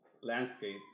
landscape